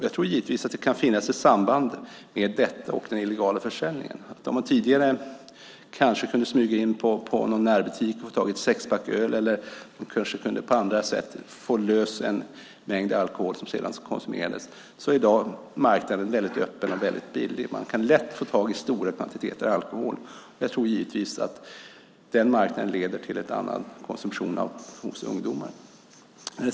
Jag tror att det kan finnas ett samband mellan detta och den illegala försäljningen. Tidigare kunde man kanske smyga in i en närbutik och få tag i ett sexpack öl eller på andra sätt få tag i en mängd alkohol som sedan konsumerades. I dag är marknaden väldigt öppen, och det är väldigt billigt. Man kan lätt få tag i stora kvantiteter alkohol. Jag tror att den marknaden leder till en annan konsumtion hos ungdomar.